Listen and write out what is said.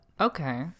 Okay